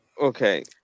Okay